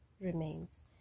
remains